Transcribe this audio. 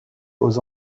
aux